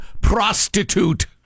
prostitute